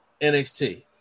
NXT